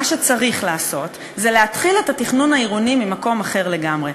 מה שצריך לעשות זה להתחיל את התכנון העירוני ממקום אחר לגמרי,